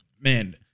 Man